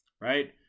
right